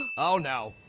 um oh no.